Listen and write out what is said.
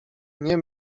nie